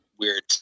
weird